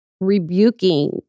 rebuking